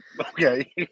Okay